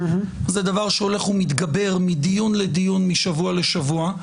זה דבר שהולך ומתגבר מדיון לדיון, משבוע לשבוע.